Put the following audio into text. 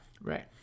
Right